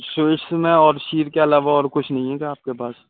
sweets میں اور شیر کے علاوہ اور کچھ نہیں ہے کیا آپ کے پاس